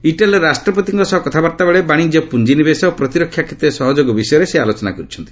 ଇଟାଲୀର ରାଷ୍ଟ୍ରପତିଙ୍କ ସହ କଥାବାର୍ତ୍ତା ବେଳେ ବାଣିଜ୍ୟ ପୁଞ୍ଜିନିବେଶ ଓ ପ୍ରତିରକ୍ଷା କ୍ଷେତ୍ରରେ ସହଯୋଗ ବିଷୟରେ ସେ ଆଲୋଚନା କରିଛନ୍ତି